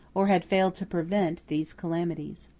or had failed to prevent, these calamities.